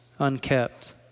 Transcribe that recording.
unkept